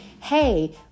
Hey